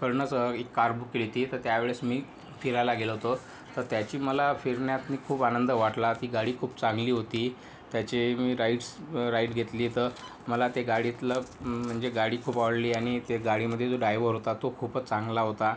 कडनंच एक car book केली होती तर त्यावेळेस मी फिरायला गेलो होतो तर त्याची मला फिरण्यात मी खूप आनंद वाटला ती गाडी खूप चांगली होती त्याचे मी राईड्स राईड घेतली तर मला ते गाडीतलं म्हणजे गाडी खूप आवडली आणि ते गाडीमध्ये जो डायव्हर होता तो खूपच चांगला होता